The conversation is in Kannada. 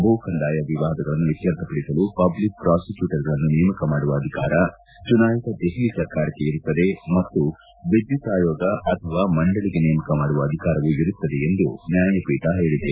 ಭೂ ಕಂದಾಯ ವಿವಾದಗಳನ್ನು ಇತ್ತರ್ಥಪಡಿಸಲು ಪಬ್ಲಿಕ್ ಪ್ರಾಸಿಕ್ಕೂಟರ್ಗಳನ್ನು ನೇಮಕ ಮಾಡುವ ಅಧಿಕಾರ ಚುನಾಯಿತ ದೆಹಲಿ ಸರ್ಕಾರಕ್ಕೆ ಇರುತ್ತದೆ ಮತ್ತು ವಿದ್ಯುತ್ ಆಯೋಗ ಅಥವಾ ಮಂಡಳಿಗೆ ನೇಮಕ ಮಾಡುವ ಅಧಿಕಾರವು ಇರುತ್ತದೆ ಎಂದು ನ್ಯಾಯಪೀಠ ಹೇಳಿದೆ